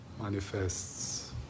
manifests